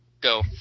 Go